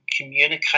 communicate